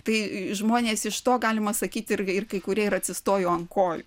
tai žmonės iš to galima sakyti ir ir kai kurie ir atsistojo ant kojų